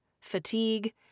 fatigue